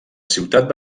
ciutat